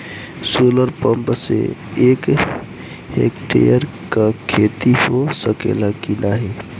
Solar pump से एक hectare क खेती हो सकेला की नाहीं?